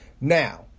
Now